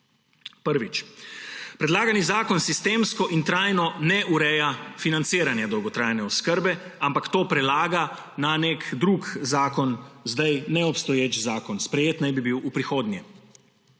Prvič. Predlagani zakon sistemsko in trajno ne ureja financiranja dolgotrajne oskrbe, ampak to prelaga na nek drug zakon, zdaj neobstoječi zakon. Sprejet naj bi bil v prihodnje.